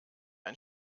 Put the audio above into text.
ein